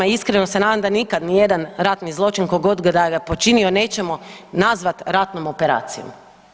Iskreno se nadam da nikad ni jedan ratni zločin tko god da ga je počinio nećemo nazvat ratnom operacijom.